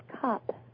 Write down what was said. cup